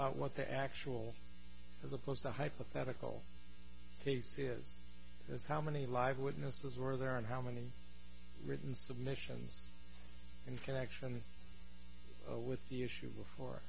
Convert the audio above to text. about what the actual as opposed to a hypothetical case is was how many live witnesses were there and how many written submissions in connection with the issue before